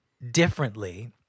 differently